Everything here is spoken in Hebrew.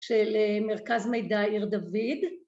של מרכז מידע עיר דוד